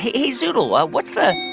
hey, zoodle, what's the.